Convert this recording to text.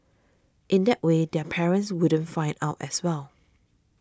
in that way their parents wouldn't find out as well